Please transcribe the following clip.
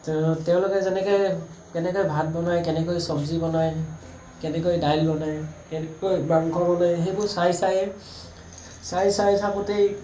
তেওঁলোকে যেনেকৈ কেনেকৈ ভাত বনায় কেনেকৈ চব্জি বনায় কেনেকৈ দাইল বনায় কেনেকৈ মাংস বনায় সেইবোৰ চাই চাইয়ে চাই চাই থাকোঁতেই